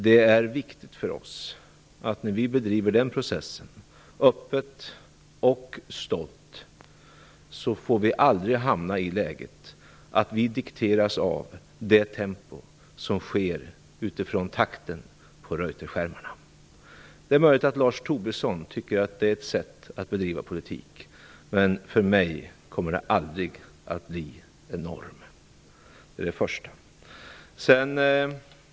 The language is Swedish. När vi bedriver den processen, öppet och stolt, är det viktigt för oss att vi aldrig hamnar i det läget att vi dikteras av det tempo som uppstår utifrån skeendet på Reuterskärmarna. Det är möjligt att Lars Tobisson tycker att det är ett sätt att bedriva politik, men för mig kommer det aldrig att bli en norm. Det är det första.